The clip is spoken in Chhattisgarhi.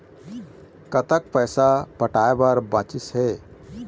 कतक पैसा पटाए बर बचीस हे?